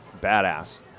Badass